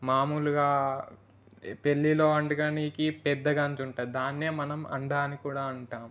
మామూలుగా పెళ్ళిలో వండుకోవడానికి పెద్ద గంజు ఉంటుంది దాన్నే మనం అండా ఆని కూడా అంటాం